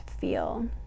feel